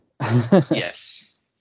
Yes